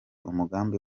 umugambi